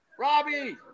Robbie